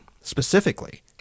specifically